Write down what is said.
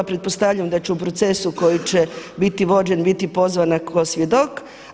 Pretpostavljam da ću u procesu koji će biti vođen, biti pozvana kao svjedok.